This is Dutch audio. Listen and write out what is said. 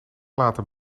laten